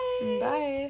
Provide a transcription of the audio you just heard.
Bye